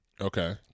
Okay